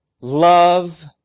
love